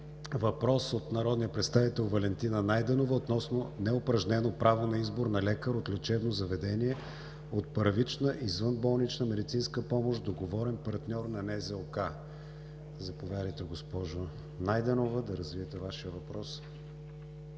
въпрос от народния представител Валентина Найденова относно неупражнено право на избор на лекар от лечебно заведение от първична извънболнична медицинска помощ – договорен партньор на НЗОК. Заповядайте, госпожо Найденова, да развиете Вашия въпрос.